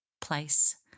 place